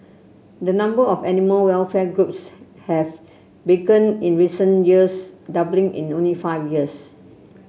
the number of animal welfare groups have in recent years doubling in only five years